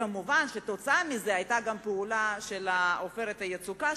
מובן שבגלל זה גם היתה הפעולה של "עופרת יצוקה",